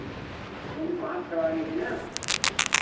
क्योंकि पाँच सवारी है ना